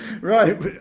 Right